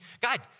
God